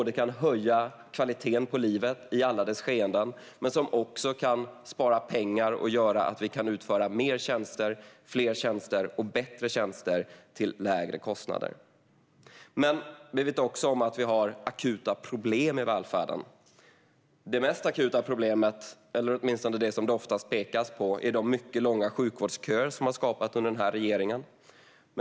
Den kan höja kvaliteten på livet i alla dess skeenden, men den kan också spara pengar och göra att vi kan utföra fler tjänster och bättre tjänster till lägre kostnader. Men vi vet också att vi har akuta problem i välfärden. Det mest akuta problemet, eller åtminstone det som det oftast pekas på, är de mycket långa sjukvårdsköer som har skapats under den här regeringen.